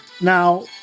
Now